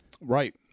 Right